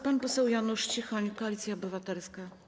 Pan poseł Janusz Cichoń, Koalicja Obywatelska.